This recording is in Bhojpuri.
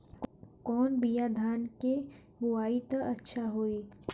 कौन बिया धान के बोआई त अच्छा होई?